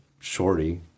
Shorty